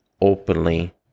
openly